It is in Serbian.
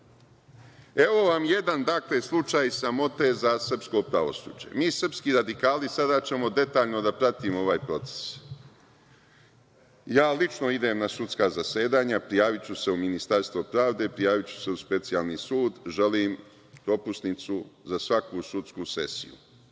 evo vam jedan slučaj sramote za srpsko pravosuđe. Mi srpski radikali sada ćemo detaljno da pratimo ovaj proces. Ja lično idem na sudska zasedanja. Prijaviću se u Ministarstvo pravde, prijaviću se u Specijalni sud, želim propusnicu za svaku sudsku sesiju